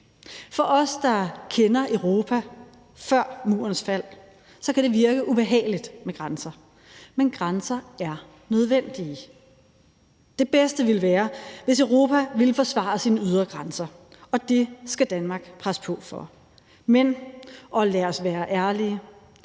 For os, der kender Europa før Murens fald, kan det virke ubehageligt med grænser, men grænser er nødvendige. Det bedste ville være, hvis Europa ville forsvare sine ydre grænser, og det skal Danmark presse på for. Men, og lad os være ærlige,